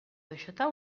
deixatar